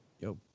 Yo